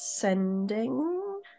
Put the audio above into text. Sending